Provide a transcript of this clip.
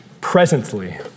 presently